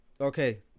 Okay